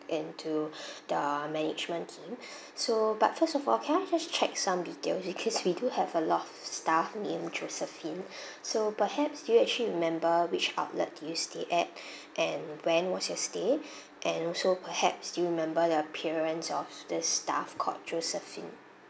into the management team so but first of all can I just check some detail because we do have a lot of staff named josephine so perhaps do you actually remember which outlet did you stay at and when was your stay and also perhaps do you remember the appearance of this staff called josephine